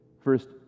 First